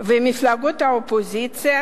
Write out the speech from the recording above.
וממפלגות האופוזיציה